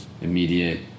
Immediate